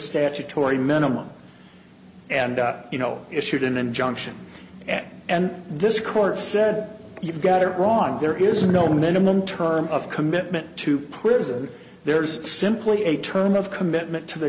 statutory minimum and you know issued an injunction and this court said you've got it wrong there is no minimum term of commitment to prison there's simply a turn of commitment to the